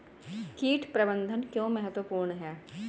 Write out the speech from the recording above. कीट प्रबंधन क्यों महत्वपूर्ण है?